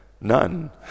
None